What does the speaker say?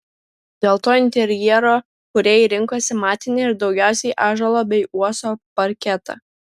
dėl to interjero kūrėjai rinkosi matinį ir daugiausiai ąžuolo bei uosio parketą